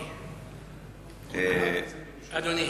אדוני.